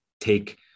take